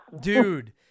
dude